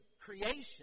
creation